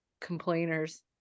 complainers